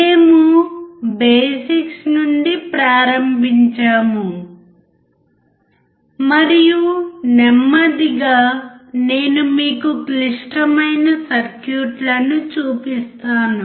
మేము బేసిక్స్ నుండి ప్రారంభించాము మరియు నెమ్మదిగా నేను మీకు క్లిష్టమైన సర్క్యూట్లను చూపిస్తాను